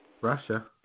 russia